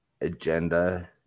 agenda